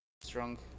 Strong